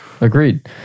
Agreed